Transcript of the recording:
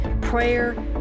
prayer